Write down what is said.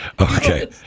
Okay